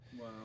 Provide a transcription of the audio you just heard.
Wow